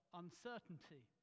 uncertainty